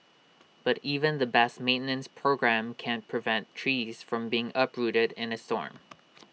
but even the best maintenance programme can't prevent trees from being uprooted in A storm